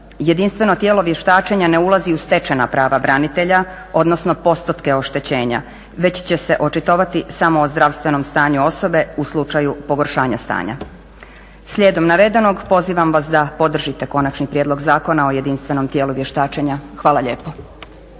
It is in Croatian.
jedinstveno tijelo vještačenja ne ulazi u stečena prava branitelja, odnosno postotke oštećenja već će se očitovati samo o zdravstvenom stanju osobe u slučaju pogoršanja stanja. Slijedom navedenog pozivam vas da podržite Konačni prijedlog Zakona o jedinstvenom tijelu vještačenja. Hvala lijepo.